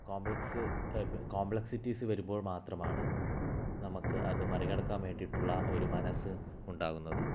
complex complexities വരുമ്പോൾ മാത്രമാണ് നമുക്ക് അത് മറികടക്കാൻ വേണ്ടിയിട്ടുള്ള ഒരു മനസ്സ് ഉണ്ടാകുന്നത്